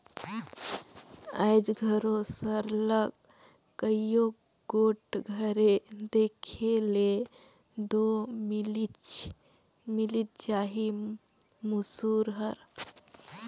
आएज घलो सरलग कइयो गोट घरे देखे ले दो मिलिच जाही मूसर हर